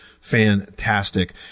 fantastic